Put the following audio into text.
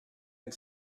and